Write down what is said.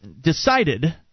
decided